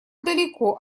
далеко